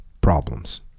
problems